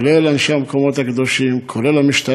ובכלל זה אנשי המרכז לפיתוח המקומות הקדושים והמשטרה,